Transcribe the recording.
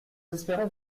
espérons